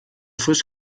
frisch